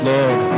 Lord